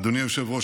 אדוני היושב-ראש,